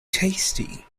tasty